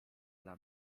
dla